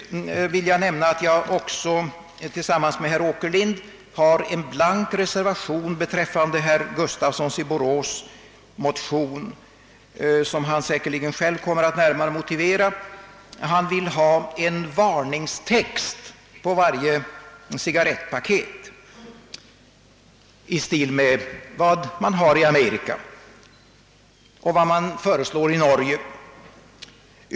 Tillsammans med herr Åkerlind har jag en blank reservation beträffande herr Gustafssons i Borås motion. Herr Gustafsson vill ha en varningstext på varje cigarrettpaket, i stil med vad man har i Amerika och vad man nu föreslår i Norge.